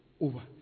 over